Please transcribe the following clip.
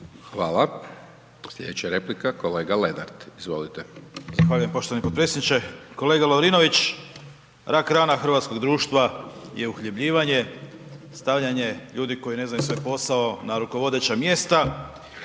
Hvala. Slijedeća replika kolega Lenart, izvolite. **Lenart, Željko (HSS)** Zahvaljujem poštovani potpredsjedniče. Kolega Lovrinović, rak rana hrvatskog društva je uhljebljivanje, stavljanje ljudi koji ne znaju svoj posao na rukovodeća mjesta